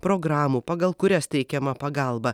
programų pagal kurias teikiama pagalba